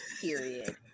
period